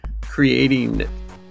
creating